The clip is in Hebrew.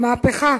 מהפכה